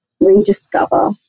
rediscover